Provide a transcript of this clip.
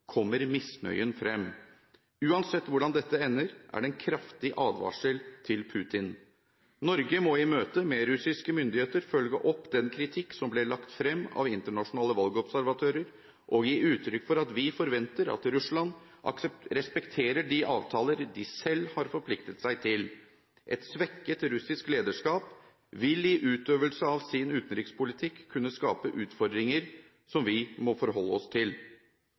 kommer misnøyen frem. Uansett hvordan dette ender, er det en kraftig advarsel til Putin. Norge må i møte med russiske myndigheter følge opp den kritikk som ble lagt frem av internasjonale valgobservatører, og gi uttrykk for at vi forventer at Russland respekterer de avtaler de selv har forpliktet seg til. Et svekket russisk lederskap vil i utøvelse av sin utenrikspolitikk kunne skape utfordringer som vi må forholde oss til.